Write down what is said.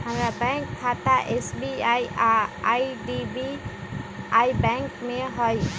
हमर बैंक खता एस.बी.आई आऽ आई.डी.बी.आई बैंक में हइ